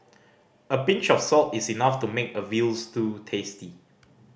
a pinch of salt is enough to make a veal stew tasty